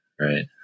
right